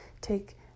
take